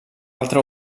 altra